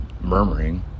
murmuring